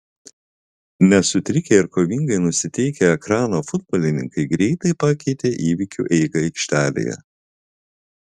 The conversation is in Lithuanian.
nesutrikę ir kovingai nusiteikę ekrano futbolininkai greitai pakeitė įvykių eigą aikštėje